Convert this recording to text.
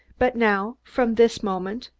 but now, from this moment,